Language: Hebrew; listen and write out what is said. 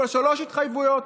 אבל שלוש התחייבויות.